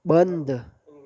બંધ